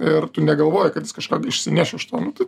ir tu negalvoji kad jis kažką išsineš iš to nu tai